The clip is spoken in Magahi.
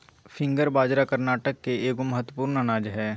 फिंगर बाजरा कर्नाटक के एगो महत्वपूर्ण अनाज हइ